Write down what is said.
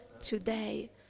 today